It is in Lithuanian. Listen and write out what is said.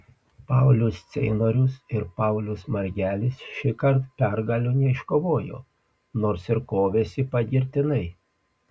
paulius ceinorius ir paulius margelis šįkart pergalių neiškovojo nors ir kovėsi pagirtinai